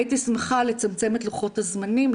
הייתי שמחה לצמצם את לוחות הזמנים,